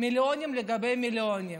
מיליונים על גבי מיליונים.